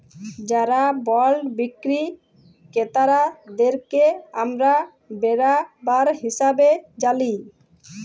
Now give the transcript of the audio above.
যারা বল্ড বিক্কিরি কেরতাদেরকে আমরা বেরাবার হিসাবে জালি